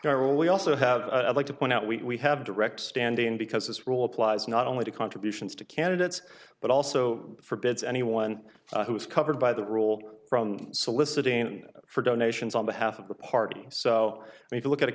general we also have like to point out we have direct standing because this rule applies not only to contributions to candidates but also forbids anyone who is covered by the rules from soliciting for donations on behalf of the party so i need to look at a